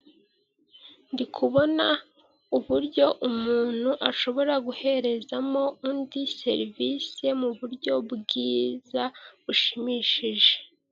Ndi kubona uburyo umuntu ashobora guherezamo undi serivisi mu buryo bwiza bushimishije.